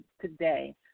today